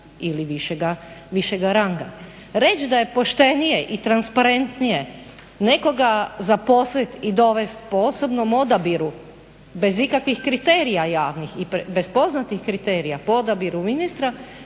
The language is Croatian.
ili višega ranga. Reć da je poštenije i transparentnije nekoga zaposlit i dovest po osobnom odabiru bez ikakvih kriterija javnih i bez poznatih kriterija po odabiru ministra,